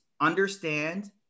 understand